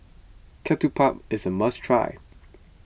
Ketupat is a must try